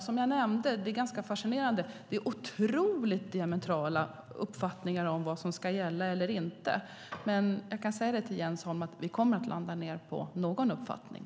Som jag nämnde är det fascinerande hur diametralt olika uppfattningar det finns om vad som ska gälla eller inte. Men jag kan säga till Jens Holm att vi kommer att landa på någon uppfattning.